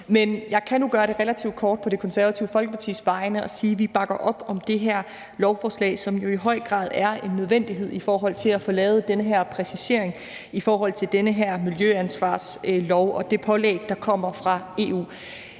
Jeg kan nu gøre det relativt kort på Det Konservative Folkepartis vegne og sige, at vi bakker op om det her lovforslag, som jo i høj grad er en nødvendighed for at få lavet den her præcisering af miljøansvarsloven og det pålæg, der kommer fra EU.